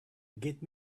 get